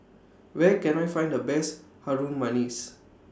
Where Can I Find The Best Harum Manis